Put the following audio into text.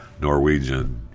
Norwegian